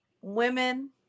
women